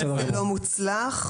אפשר לדייק את שניהם אם זה לא מוצלח.